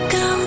go